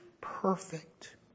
perfect